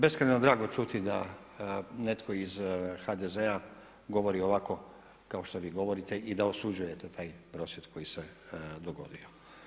Prvo mi je beskrajno drago čuti da netko iz HDZ-a govori ovako kao što vi govorite i da osuđujete taj prosvjed koji se dogodio.